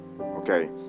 okay